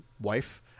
wife